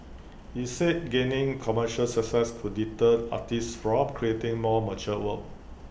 he said gaining commercial success could deter artists from creating more mature work